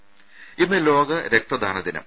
രുമ ഇന്ന് ലോക രക്തദാന ദിനം